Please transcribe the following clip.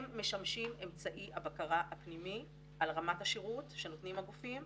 הם משמשים אמצעי הבקרה הפנימי על רמת השירות שנותנים הגופים,